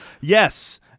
Yes